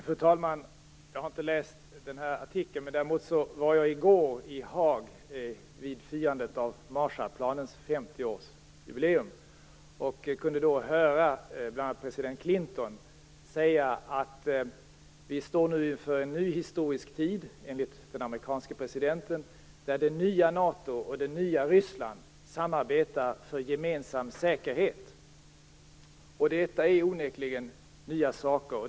Fru talman! Jag har inte läst artikeln, men i går var jag i Haag vid firandet av Marshallplanens 50 årsjubileum. Jag kunde då höra bl.a. president Clinton säga att vi nu, enligt den amerikanske presidenten, står inför en ny historisk tid där det nya NATO och det nya Ryssland samarbetar för gemensam säkerhet. Detta är onekligen nya saker.